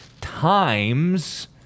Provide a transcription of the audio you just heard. times